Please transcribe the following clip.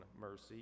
mercy